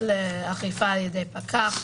לאכיפה על ידי פקח,